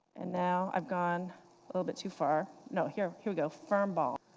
and now i've gone a little bit too far. no here here we go, firm ball.